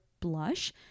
Blush